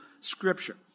Scripture